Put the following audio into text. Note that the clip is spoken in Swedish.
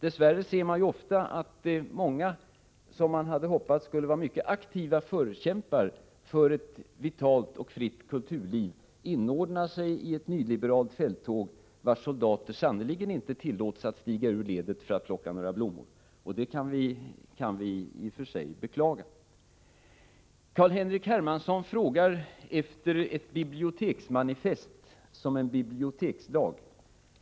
Dess värre ser man ofta att många som man hade hoppats skulle vara mycket aktiva förkämpar för ett vitalt och fritt kulturliv inordnar sig i ett nyliberalt fälttåg, vars soldater sannerligen inte tillåts stiga ur ledet för att plocka några blommor; det kan vi i och för sig beklaga. Carl-Henrik Hermansson frågade efter ett biblioteksmanifest, som en bibliotekslag.